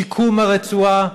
שיקום הרצועה,